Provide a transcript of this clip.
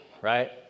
right